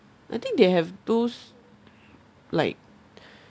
I think they have those like